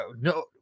No